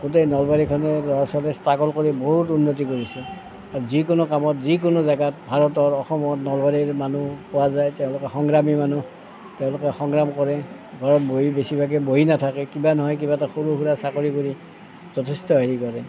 গোটেই নলবাৰীখনে ল'ৰা ছোৱালীয়ে ষ্ট্ৰাগল কৰি বহুত উন্নতি কৰিছে যিকোনো কামত যিকোনো জেগাত ভাৰতৰ অসমত নলবাৰীৰ মানুহ পোৱা যায় তেওঁলোকে সংগ্ৰামী মানুহ তেওঁলোকে সংগ্ৰাম কৰে ঘৰত বহি বেছিভাগে বহি নাথাকে কিবা নহয় কিবা এটা সৰু সুৰা চাকৰি কৰি যথেষ্ট হেৰি কৰে